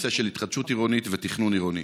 בנושא של התחדשות עירונית ותכנון עירוני.